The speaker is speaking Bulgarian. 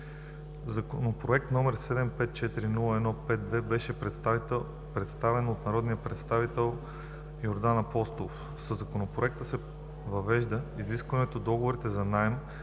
Законопроект № 754-01-52 беше представен от народния представител Йордан Апостолов. Със Законопроекта се въвежда изискването договорите за наем